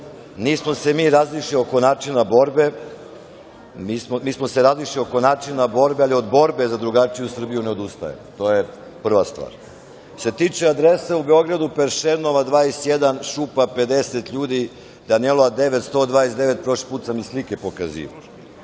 Mi smo se razišli oko načina borbe, ali od borbe za drugačiju Srbiju ne odustajemo. To je prva stvar. Što se tiče adresa u Beogradu, Prešernova 21. - šupa 50 ljudi, Danijelova 9. – 129, prošli put sam i slike pokazivao. Što